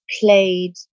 played